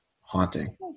Haunting